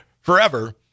forever